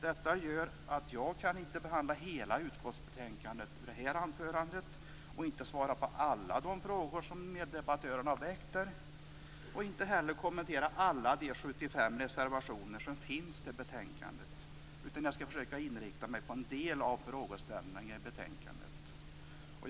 Detta gör att jag inte kan behandla hela utskottsbetänkandet i detta anförande och inte svara på alla de frågor som meddebattörerna har väckt. Jag kan inte heller kommentera alla de 75 reservationer som finns till betänkandet, utan jag skall försöka inrikta mig på en del frågeställningar i betänkandet.